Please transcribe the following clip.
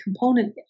component